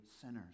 sinners